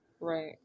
Right